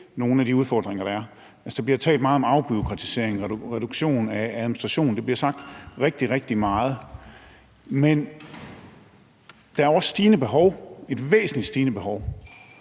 nogle af de udfordringer, der er. Der bliver talt meget om afbureaukratisering og reduktion af administration. Det bliver sagt rigtig, rigtig meget. Men der er også et væsentligt stigende behov.